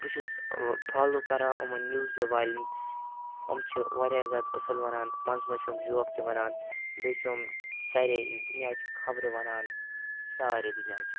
بہٕ چھُس فالو کَران یِمَن نِوزٕ والٮ۪ن یِم چھِ واریاہ زیادٕ أصٕل وَنان منٛزٕ منٛزٕ چھِ یِم جوک تہِ وَنان بیٚیہِ چھِ یِم سارے دُنیاہچہِ خبرٕ وَنان سارے دُنیاہچہِ